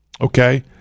okay